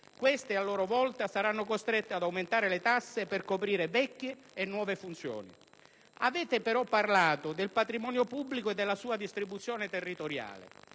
Queste, a loro volta, saranno costrette a aumentare le tasse per coprire vecchie e nuove funzioni. Avete però parlato del patrimonio pubblico e della sua distribuzione territoriale.